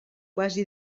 quasi